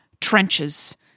trenches